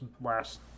last